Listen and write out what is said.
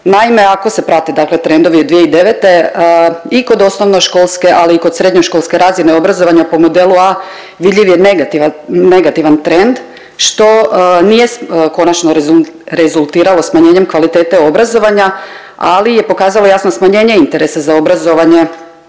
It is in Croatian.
Naime, ako se prate dakle trendovi od 2009. i kod osnovnoškolske, ali i kod srednjoškolske razine obrazovanja po modelu A vidljiv je negativan, negativan trend što nije konačno rezultiralo smanjenjem kvalitete obrazovanja, ali je pokazalo jasno smanjenje interesa za obrazovanje